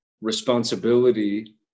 responsibility